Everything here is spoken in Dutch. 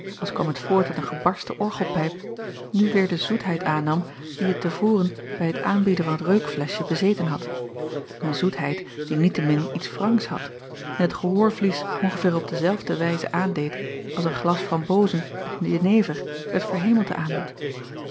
als kwam het voort uit een gebarsten orgelpijp nu weêr de zoetheid aannam die het te voren bij het aanbieden van t reukfleschje bezeten had een zoetheid die niet-te-min iets wrangs had en het gehoorvlies ongeveer op dezelfde wijze aandeed als een glas frambozen op jenever het verhemelte aandoet